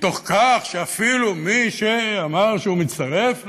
בכך שאפילו מי שאמר שהוא מצטרף לארגון,